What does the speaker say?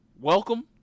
welcome